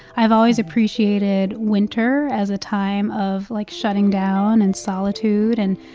i've always appreciated winter as a time of, like, shutting down and solitude and,